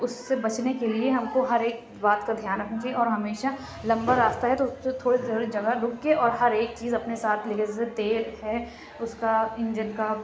اُس سے بچنے کے لیے ہم کو ہر ایک بات کا دھیان رکھنا چاہیے اور ہمیشہ لمبا راستہ ہے تو اُس میں تھوڑے تھوڑے جگہ رُک کے اور ہر ایک چیز اپنے ساتھ لے جیسے تیل ہے اُس کا انجن کا